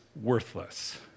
worthless